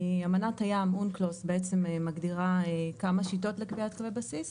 אמנת הים בעצם מגדירה כמה שיטות לקביעת קווי בסיס.